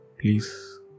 Please